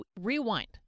rewind